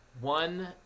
One